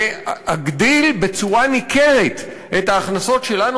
להגדיל במידה ניכרת את ההכנסות שלנו,